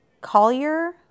Collier